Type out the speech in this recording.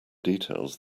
details